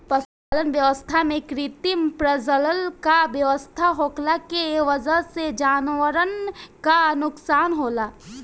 पशुपालन व्यवस्था में कृत्रिम प्रजनन क व्यवस्था होखला के वजह से जानवरन क नोकसान होला